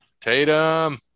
Tatum